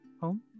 home